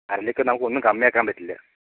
അരളിയൊക്കെ നമുക്ക് ഒന്നും കമ്മിയാക്കാൻ പറ്റില്ല